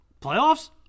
Playoffs